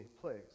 place